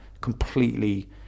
completely